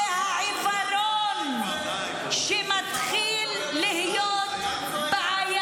זה העיוורון, שמתחיל להיות,